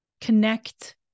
Connect